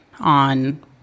on